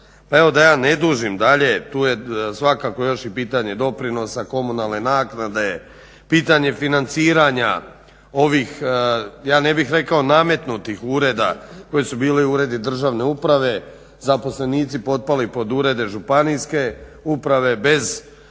Evo da ja ne dužim dalje, tu je svakako još i pitanje doprinosa, komunalne naknade, pitanje financiranja ovih ja ne bih rekao nametnutih ureda koji su bili uredi državne uprave, zaposlenici potpali pod urede županijske uprave, bez